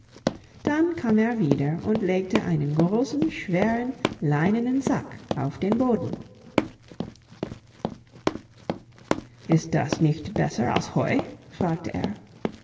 dann kam er wieder und legte einen großen schweren leinenen sack auf den boden ist das nicht besser als heu fragte er